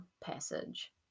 passage